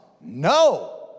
No